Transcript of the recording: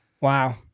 Wow